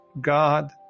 God